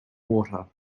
water